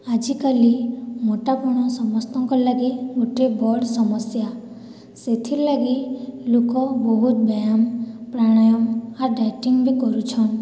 ଆଜିକାଲି ମୋଟାପଣ ସମସ୍ତଙ୍କର୍ ଲାଗି ଗୁଟେ ବଡ଼୍ ସମସ୍ୟା ସେଥିର୍ଲାଗି ଲୋକ୍ ବହୁତ୍ ବ୍ୟାୟାମ୍ ପ୍ରାଣାୟାମ୍ ଆଉ ଡାଏଟିଙ୍ଗ୍ ବି କରୁଛନ୍